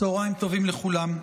צוהריים טובים לכולם.